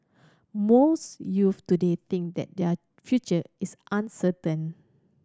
most youths today think that their future is uncertain